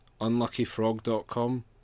unluckyfrog.com